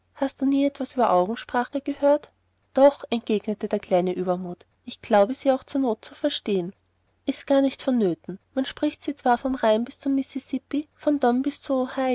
hast du nie etwas von der augensprache gehört doch entgegnete der kleine übermut ich glaube sie auch zur not zu verstehen ist gar nicht vonnöten man spricht sie zwar vom rhein bis zum mississippi vom don bis zum